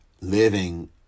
living